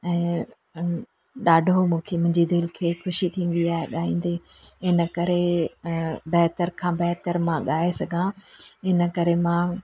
ऐं ॾाढो मूंखे मुंहिंजी दिलि खे ख़ुशी थींदी आहे ॻाईंदे इन करे बहितर खां बहितर मां ॻाए सघां इन करे मां